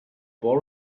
boy